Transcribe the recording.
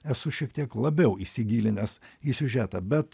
esu šiek tiek labiau įsigilinęs į siužetą bet